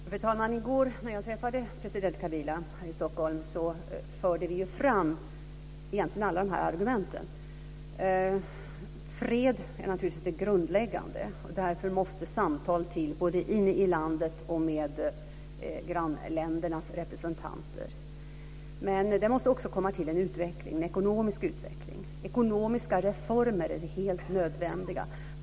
Fru talman! När jag i går träffade president Kabila här i Stockholm förde vi fram egentligen alla de här argumenten. Fred är naturligtvis det grundläggande, och därför måste samtal till både inne i landet och med grannländernas representanter. Men det måste också komma till en ekonomisk utveckling. Ekonomiska reformer är helt nödvändiga.